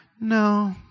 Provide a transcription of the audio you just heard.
no